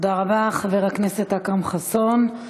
תודה רבה, חבר הכנסת אכרם חסון.